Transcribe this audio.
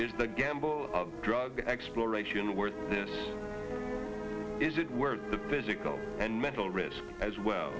the gamble of drug exploration worth this is it worth the physical and mental risk as well